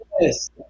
yes